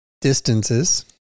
distances